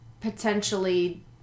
Potentially